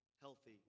healthy